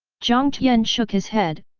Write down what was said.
jiang tian shook his head,